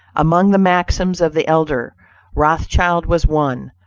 among the maxims of the elder rothschild was one,